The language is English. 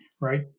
right